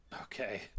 Okay